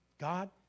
God